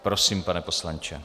Prosím, pane poslanče.